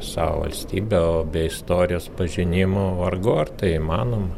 savo valstybę o be istorijos pažinimo vargu ar tai įmanoma